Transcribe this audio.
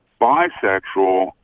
bisexual